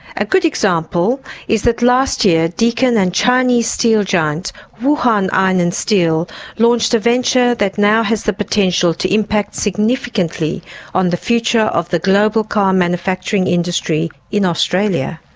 a good example is that last year deakin and chinese steel giant wuhan iron and steel launched a venture that now has the potential to impact significantly on the future of the global car manufacturing industry in australia.